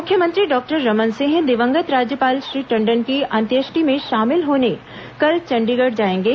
मुख्यमंत्री डॉक्टर रमन सिंह दिवंगत राज्यपाल श्री टंडन की अन्त्येष्टि में शामिल होने कल चंडीगढ जाएंगे